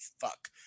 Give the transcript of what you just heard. fuck